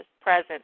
present